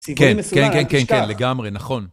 כן, כן, כן, כן, כן, לגמרי, נכון.